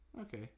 Okay